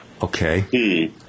Okay